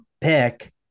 pick